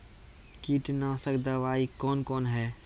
कीटनासक दवाई कौन कौन हैं?